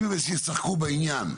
אם הם ישחקו בעניין,